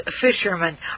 fishermen